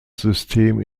system